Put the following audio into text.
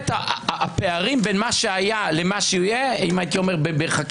הפערים בין מה שהיה למה שיהיה, הפער